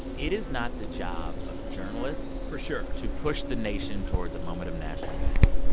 it is not the job of journalists. for sure. to push the nation towards a moment of national unity.